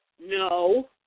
no